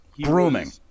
Grooming